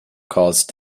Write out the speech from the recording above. caused